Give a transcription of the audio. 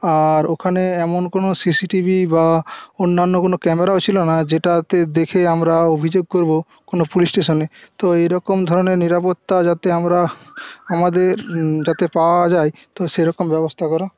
আর ওখানে এমন কোনো সিসি টিভি বা অন্যান্য কোনো ক্যামেরাও ছিল না যেটাতে দেখে আমরা অভিযোগ করবো কোনো পুলিশ স্টেশানে তো এইরকম ধরণের নিরাপত্তা যাতে আমরা আমাদের যাতে পাওয়া যায় তো সেরকম ব্যবস্থা করা